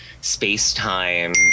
space-time